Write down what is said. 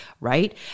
Right